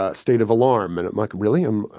ah state of alarm. and like, really, um,